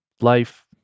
life